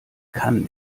kann